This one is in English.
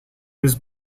was